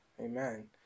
Amen